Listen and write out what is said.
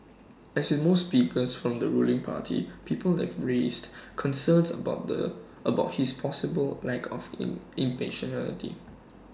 as with most speakers from the ruling party people have raised concerns about the about his possible lack of im impartiality